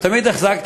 ותמיד החזקתי,